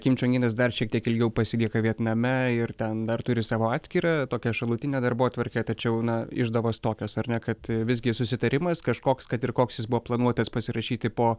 kim čion inas dar šiek tiek ilgiau pasilieka vietname ir ten dar turi savo atskirą tokią šalutinę darbotvarkę tačiau na išdavos tokios ar ne kad visgi susitarimas kažkoks kad ir koks jis buvo planuotas pasirašyti po